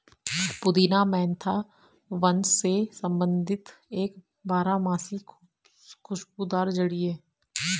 पुदीना मेंथा वंश से संबंधित एक बारहमासी खुशबूदार जड़ी है